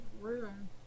room